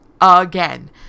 again